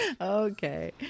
okay